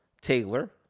Taylor